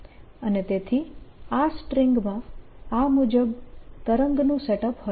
અને તેથી આ સ્ટ્રીંગમાં આ મુજબ તરંગનું સેટ અપ હશે